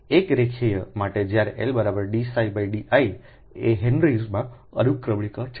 તેથી એક રેખીય માટે જ્યારેL dψdiએ હેનરીઝ Henry's માં અનુક્રમણિકા છે